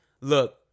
look